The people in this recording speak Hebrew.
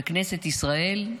וכנסת ישראל,